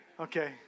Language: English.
Okay